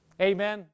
Amen